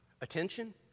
Attention